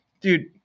dude